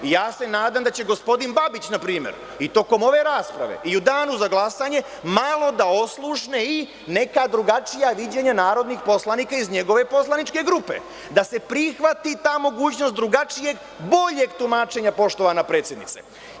Ja se nadam da će gospodin Babić, npr, i tokom ove rasprave i u danu za glasanje malo da oslušne i neka drugačija viđenja narodnih poslanika iz njegove poslaničke grupe, da se prihvati ta mogućnost drugačijeg, boljeg tumačenja, poštovana predsednice.